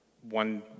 One